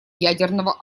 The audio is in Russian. ядерного